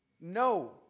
No